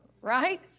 Right